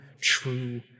true